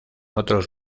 otros